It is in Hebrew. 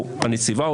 או הנציבה,